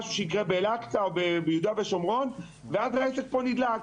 למשהו שיקרה במסגד ׳אל אקצה׳ או בחברון ואז הכול פה נדלק.